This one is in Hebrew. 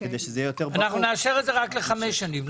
אנחנו נאשר את זה רק לחמש שנים.